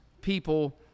people